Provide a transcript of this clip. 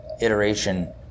iteration